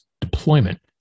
deployment